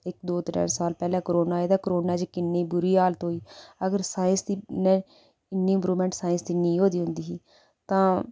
इक दो त्रै साल पैह्ले करोना आया ते करोना च किन्नी बुरी हालत होई अगर साईंस दी ने इन्नी इम्परुबमैंट साईंस दी नेईं होई दी होंदी ही तां